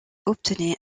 obtenait